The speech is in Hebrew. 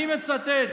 אני מצטט.